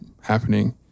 happening